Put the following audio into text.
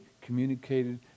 communicated